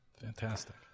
Fantastic